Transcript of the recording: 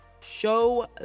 show